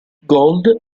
gold